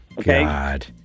God